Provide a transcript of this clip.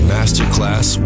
Masterclass